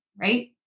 Right